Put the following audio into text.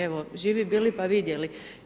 Evo, živi bili pa vidjeli.